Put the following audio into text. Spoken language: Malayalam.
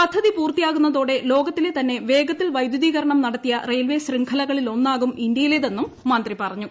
പദ്ധതി പൂർത്തിയാകുന്നതോടെ ലോകത്തിലെ തന്നെ വേഗത്തിൽ വൈദ്യുതീകരണം നടത്തിയ റെയിൽവേ ശൃംഖലകളിലൊന്നാകും ഇന്ത്യയിലേതെന്നും മന്ത്രി പറഞ്ഞു